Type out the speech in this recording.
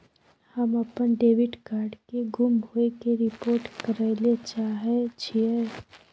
हम अपन debit card के गुम होय के रिपोर्ट करय ले चाहय छियै